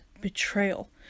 betrayal